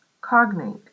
cognate